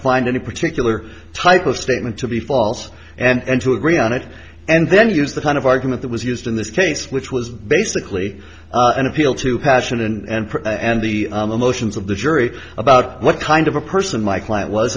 find any particular type of statement to be false and to agree on it and then use the kind of argument that was used in this case which was basically an appeal to passion and pressure and the emotions of the jury about what kind of a person my client was